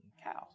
cows